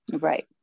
Right